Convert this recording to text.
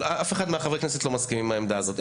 אף אחד מחברי הכנסת לא מסכים עם העמדה הזאת.